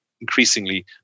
increasingly